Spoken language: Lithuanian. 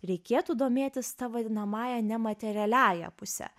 reikėtų domėtis ta vadinamąja nematerialiąja puse